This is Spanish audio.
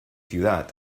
ciudad